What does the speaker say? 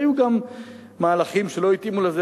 היו גם מהלכים שלא התאימו לזה,